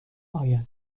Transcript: آید